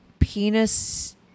penis